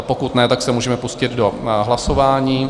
Pokud ne, tak se můžeme pustit do hlasování.